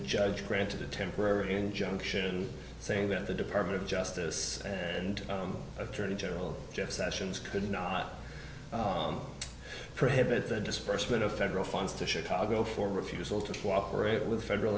judge granted a temporary injunction saying that the department of justice and attorney general jeff sessions could not prohibit the disbursement of federal funds to chicago for refusal to cooperate with federal